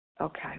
Okay